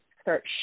start